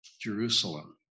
Jerusalem